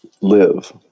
live